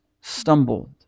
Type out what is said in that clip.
stumbled